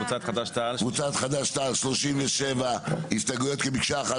קבוצת חד"ש תע"ל 37 הסתייגויות כמקשה אחת.